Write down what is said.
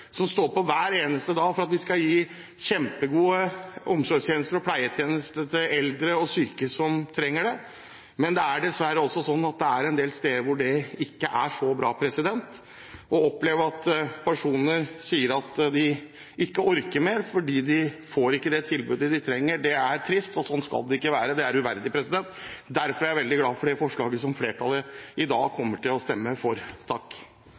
som står på hver eneste dag for at vi skal gi kjempegode omsorgstjenester og pleietjenester til eldre og syke som trenger det. Men det er dessverre også sånn at det er en del steder hvor det ikke er så bra. Å oppleve at personer sier at de ikke orker mer fordi de ikke får det tilbudet de trenger, er trist, og sånn skal det ikke være. Det er uverdig. Derfor er jeg veldig glad for det forslaget som flertallet i dag kommer til å stemme for.